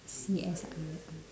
C_S_I okay